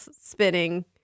spinning